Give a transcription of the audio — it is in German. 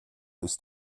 ist